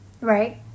right